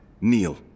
Neil